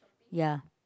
ya